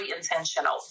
intentional